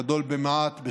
גדול במעט,